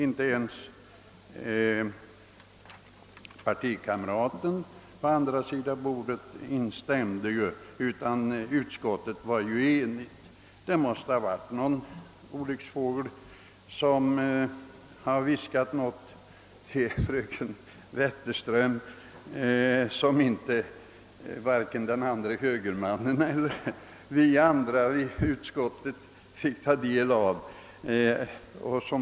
Inte ens partikamraten på andra sidan bordet instämde utan utskottet var i övrigt enigt. Det måste ha varit en olycksfågel som viskat något i fröken Wetterströms öra, något som varken den andre högermannen eller vi andra i utskottet fick ta del av.